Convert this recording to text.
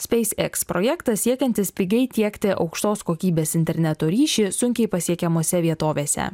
speis eks projektas siekiantis pigiai tiekti aukštos kokybės interneto ryšį sunkiai pasiekiamose vietovėse